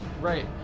Right